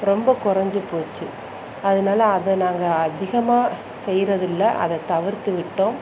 ரொம்ப குறஞ்சி போச்சு அதனால அதை நாங்கள் அதிகமாக செய்யிறதில்லை அதை தவிர்த்து விட்டோம்